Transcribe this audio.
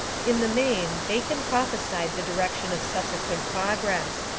in the main, bacon prophesied the direction of subsequent progress.